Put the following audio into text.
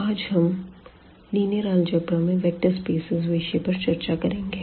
आज हम linear algebra में वेक्टर स्पेसेज़ विषय पर चर्चा करेंगे